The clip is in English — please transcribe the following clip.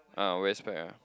ah wear spec ah